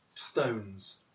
stones